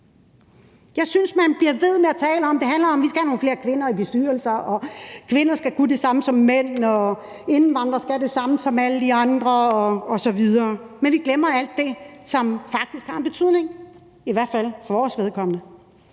Jeg synes, man bliver ved med at tale om, at det handler om, at vi skal have nogle flere kvinder i bestyrelser, og at kvinder skal kunne det samme som mænd, og at indvandrere skal det samme som alle de andre osv. Men vi glemmer alt det, som faktisk har en betydning, i hvert fald for vores vedkommende.